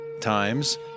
times